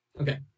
Okay